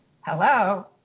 hello